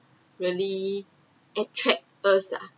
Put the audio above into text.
really attract us ah